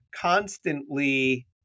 constantly